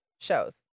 shows